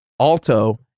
Alto